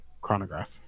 chronograph